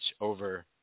over